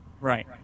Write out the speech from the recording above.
Right